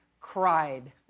cried